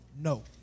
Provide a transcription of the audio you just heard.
No